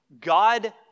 God